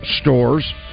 stores